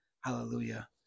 Hallelujah